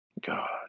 God